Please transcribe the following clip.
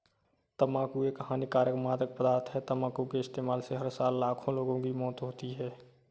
तंबाकू एक हानिकारक मादक पदार्थ है, तंबाकू के इस्तेमाल से हर साल लाखों लोगों की मौत होती है